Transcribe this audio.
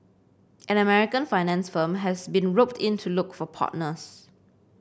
an American finance firm has been roped in to look for partners